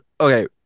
Okay